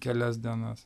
kelias dienas